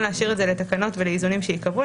להשאיר את זה לתקנות ולאיזונים שייקבעו.